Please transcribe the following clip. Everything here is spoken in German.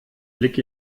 blick